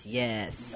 yes